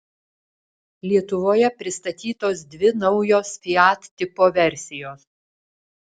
lietuvoje pristatytos dvi naujos fiat tipo versijos